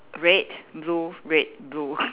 red blue red blue